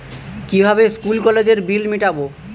কিভাবে স্কুল কলেজের বিল মিটাব?